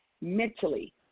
mentally